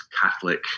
Catholic